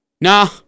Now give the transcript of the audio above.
Nah